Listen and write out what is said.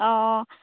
অঁ